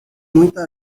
muita